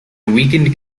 weakened